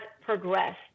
progressed